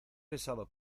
besado